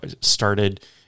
started